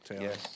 Yes